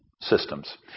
systems